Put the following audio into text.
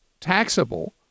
taxable